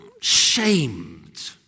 shamed